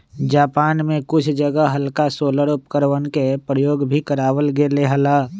Japan में कुछ जगह हल्का सोलर उपकरणवन के प्रयोग भी करावल गेले हल